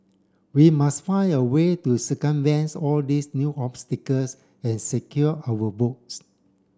we must find a way to circumvents all these new obstacles and secure our votes